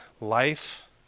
life